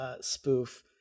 spoof